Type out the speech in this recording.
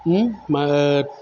मा ओद